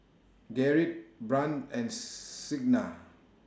Gerrit Brant and Signa